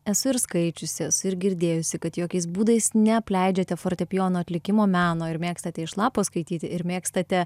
esu ir skaičiusi esu ir girdėjusi kad jokiais būdais neapleidžiate fortepijono atlikimo meno ir mėgstate iš lapo skaityti ir mėgstate